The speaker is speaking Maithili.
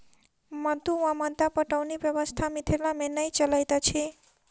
मद्दु वा मद्दा पटौनी व्यवस्था मिथिला मे नै चलैत अछि